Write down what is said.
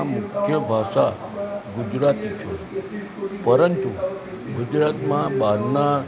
મુખ્ય ભાષા ગુજરાતી છે પરંતુ ગુજરાતમાં બહારના